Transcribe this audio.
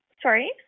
Sorry